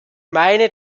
meine